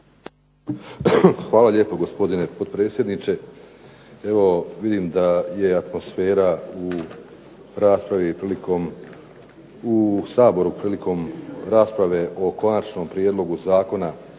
Hvala lijepo, gospodine potpredsjedniče. Evo vidim da je atmosfera u Saboru prilikom rasprave o Konačnom prijedlogu Zakona